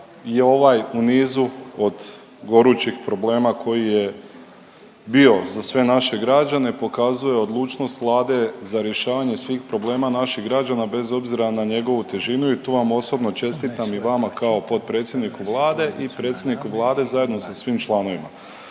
je ovaj u nizu od gorućih problema koji je bio za sve naše građane, pokazuje odlučnost Vlade za rješavanje svih problema naših građana bez obzira na njegovu težinu i tu vam osobno čestitam i vama kao potpredsjedniku Vlade i predsjedniku Vlade zajedno sa svim članovima.